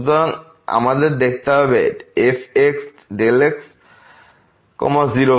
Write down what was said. সুতরাং আমাদের দেখতে হবে fxx 0কি